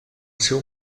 seu